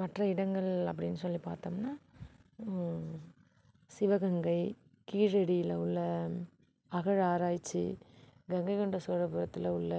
மற்ற இடங்கள் அப்படின்னு சொல்லிப் பார்த்தோம்னா சிவகங்கை கீழடியில் உள்ளே அகழாராய்ச்சி கங்கை கொண்ட சோழபுரத்தில் உள்ள